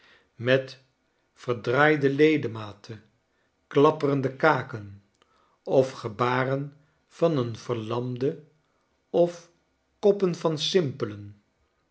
met verdraaideledematen klapperende kaken of gebaren van een verlamde of koppen van simpelen